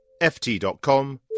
ft.com